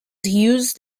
used